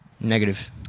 Negative